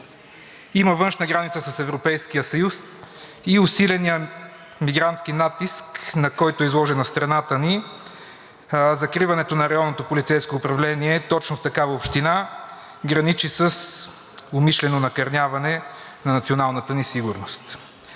има външна граница на Европейския съюз и усиленият мигрантски натиск, на който е изложена страната ни, закриването на районното полицейско управление точно в такава община граничи с умишлено накърняване на националната ни сигурност.